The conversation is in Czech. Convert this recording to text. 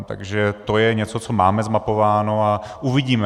Takže to je něco, co máme zmapováno, a uvidíme.